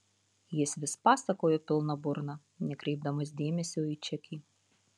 jis vis pasakojo pilna burna nekreipdamas dėmesio į čekį